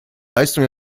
leistung